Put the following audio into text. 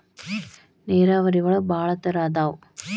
ನೇರಾವರಿ ಒಳಗ ಭಾಳ ತರಾ ಅದಾವ